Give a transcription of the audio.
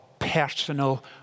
Personal